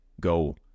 go